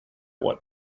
what